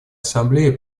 ассамблея